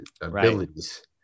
abilities